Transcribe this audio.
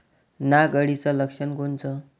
नाग अळीचं लक्षण कोनचं?